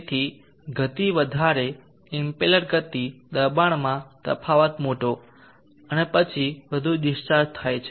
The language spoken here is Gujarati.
તેથી ગતિ વધારે ઇમ્પેલર ગતિ દબાણમાં તફાવત મોટો અને પછી વધુ ડીસ્ચાર્જ થાય છે